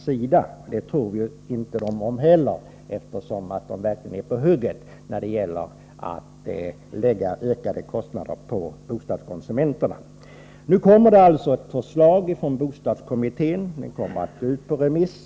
Vi tror dem inte om det heller, eftersom de verkligen är på hugget när det gäller att lägga ökade kostnader på bostadskonsumenterna. Nu kommer alltså ett förslag från bostadskommittén. Det skall gå ut på remiss.